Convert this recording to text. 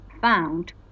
found